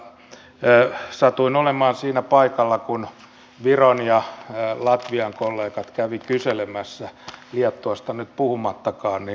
ja satuin olemaan siinä paikalla kun viron ja latvian kollegat kävivät kyselemässä liettuasta nyt puhumattakaan